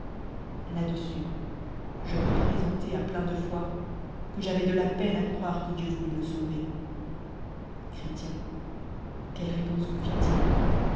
làdessns je représentai à plein de foi que j'ayois de la peine à croire que dieu voullt me sauver chrél quelle répoase vous fit-il